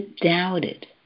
doubted